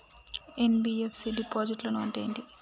NBFC డిపాజిట్లను అంటే ఏంటి?